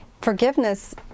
forgiveness